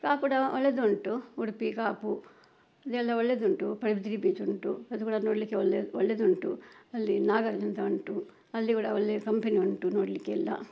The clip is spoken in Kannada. ಕಾಪು ಕೂಡ ಒಳ್ಳೆಯದುಂಟು ಉಡುಪಿ ಕಾಪು ಅದೆಲ್ಲ ಒಳ್ಳೆಯದುಂಟು ಪಡುಬಿದ್ರಿ ಬೀಚುಂಟು ಅದು ಕೂಡ ನೋಡಲಿಕ್ಕೆ ಒಳ್ಳೇ ಒಳ್ಳೆಯದುಂಟು ಅಲ್ಲಿ ನಾಗಾರ್ಜುನ ಸಹ ಉಂಟು ಅಲ್ಲಿ ಕೂಡ ಒಳ್ಳೆಯ ಕಂಪೆನಿ ಉಂಟು ನೋಡಲಿಕ್ಕೆಲ್ಲ